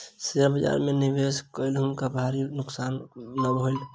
share बाजार में निवेश कय हुनका भारी नोकसान भ गेलैन